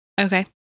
Okay